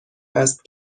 است